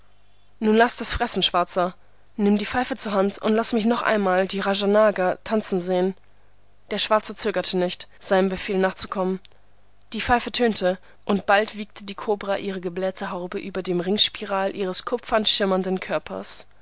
nun laß das fressen schwarzer nimm die pfeife zur hand und laß mich noch einmal die rajanaga tanzen sehen der schwarze zögerte nicht seinem befehl nachzukommen die pfeife tönte und bald wiegte die kobra ihre geblähte haube über dem ringspiral ihres kupfern schimmernden körpers